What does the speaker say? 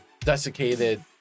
desiccated